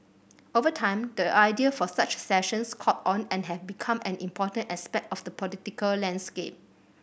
over time the idea for such sessions caught on and have become an important aspect of the political landscape